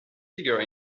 figured